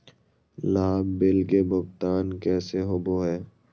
लाभ बिल के भुगतान कैसे होबो हैं?